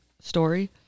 story